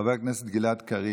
חבר הכנסת גלעד קריב,